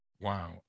wow